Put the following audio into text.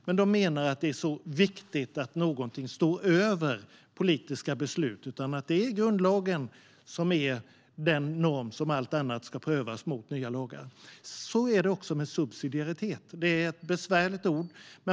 Men de menar att det är så viktigt att någonting står över politiska beslut och att det är grundlagen som är den norm som nya lagar ska prövas mot. Så är det också med subsidiaritet. Det är ett besvärligt ord.